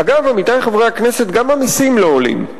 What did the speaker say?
אגב, עמיתי חברי הכנסת, גם המסים לא עולים.